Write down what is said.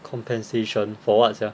compensation for what sia